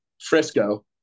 Frisco